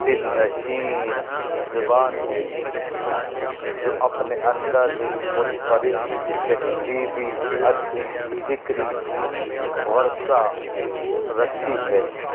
دل نشین زبان ہے جو اپنے اندر ایک منفرد تہذیبی ادبی فکری ورثہ رکھتی ہے